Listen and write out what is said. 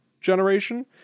generation